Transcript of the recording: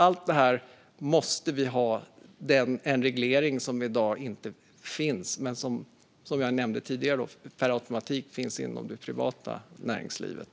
Allt det här måste vi ha en reglering av. Det finns inte i dag, men som jag nämnde tidigare finns det per automatik inom det privata näringslivet.